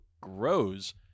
grows